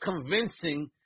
convincing